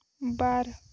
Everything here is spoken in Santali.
ᱵᱟᱨ